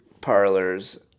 parlors